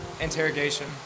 interrogation